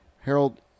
Harold